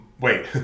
Wait